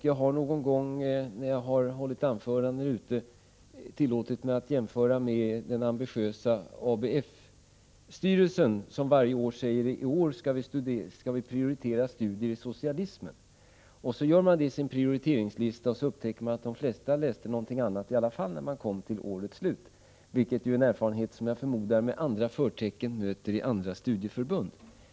Jag har ibland när jag varit ute och hållit anföranden tillåtit mig att göra jämförelser med den ambitiösa ABF-styrelsen, som varje år säger: I år skall vi prioritera studier i socialismen. Styrelsen tar upp detta i sin prioriteringslista, för att vid årets slut upptäcka att de flesta ändå läste något annat ämne. Jag förmodar att studieförbund med andra förtecken har gjort samma erfarenhet.